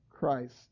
Christ